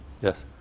Yes